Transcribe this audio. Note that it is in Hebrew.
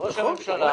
לראש הממשלה,